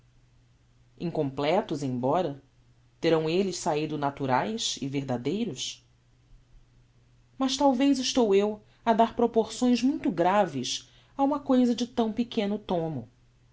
incompletos embora terão elles saido naturaes e verdadeiros mas talvez estou eu a dar proporções muito graves a uma cousa de tão pequeno tomo